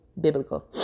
biblical